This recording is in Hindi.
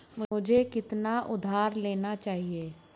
मुझे कितना उधार लेना चाहिए?